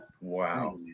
Wow